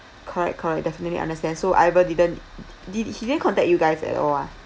correct correct definitely understand so I can didn't did he didn't contact you guys at all ah